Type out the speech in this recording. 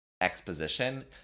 exposition